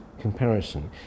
comparison